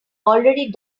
already